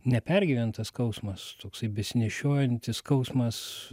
nepergyventas skausmas toksai besinešiojantis skausmas